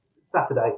Saturday